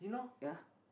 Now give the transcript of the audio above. ya